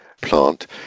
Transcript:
plant